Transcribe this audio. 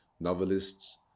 Novelists